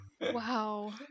Wow